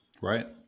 right